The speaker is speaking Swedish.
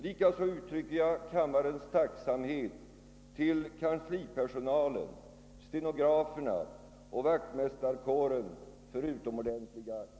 Likaså uttrycker jag kammarens tacksamhet till kanslipersonalen, stenograferna och vaktmästarkåren för utomordentliga insatser.